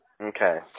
Okay